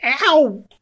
Ow